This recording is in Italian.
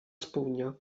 spugna